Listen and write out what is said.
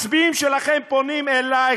מצביעים שלכם פונים אליי,